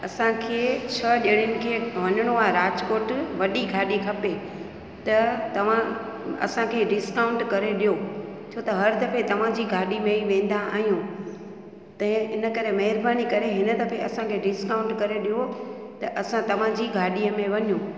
असांखे छह ॼणनि खे वञिणो आहे राजकोट वॾी गाॾी खपे त तव्हां असांखे डिस्काउंट करे ॾियो छो त हर दफ़े तव्हांजी गाॾी में ई वेंदा आहियूं त इनकरे महिरबानी करे हिन दफ़े असांखे डिस्काउंट करे ॾियो त असां तव्हांजी गाॾीअ में वञू